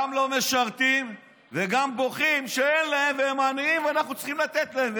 גם לא משרתים וגם בוכים שאין להם והם עניים ואנחנו צריכים לתת להם.